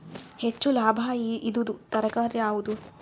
ಹೆಚ್ಚು ಲಾಭಾಯಿದುದು ತರಕಾರಿ ಯಾವಾದು?